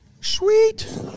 Sweet